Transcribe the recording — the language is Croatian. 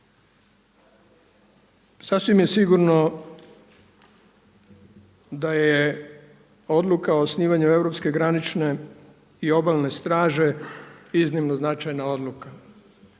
Sasvim je sigurno da je odluka o osnivanju Europske granične i obalne straže iznimno značajna odluka,